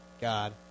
God